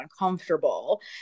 uncomfortable